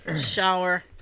shower